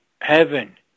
heaven